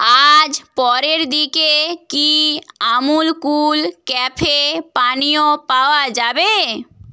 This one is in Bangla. আজ পরের দিকে কি আমুল কুল ক্যাফে পাওয়া যাবে